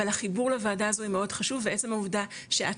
אבל החיבור לוועדה הזו היא מאוד חשובה ועצם העובדה שאת